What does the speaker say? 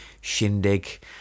shindig